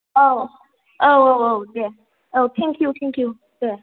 औ औ औ दे thank you thank you Day